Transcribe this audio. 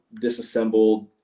disassembled